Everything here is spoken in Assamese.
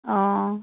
অঁ